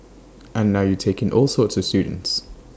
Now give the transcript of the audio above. and now you take in all sorts of students